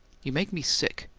you make me sick!